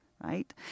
Right